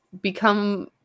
become